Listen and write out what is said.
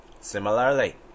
similarly